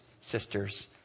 sisters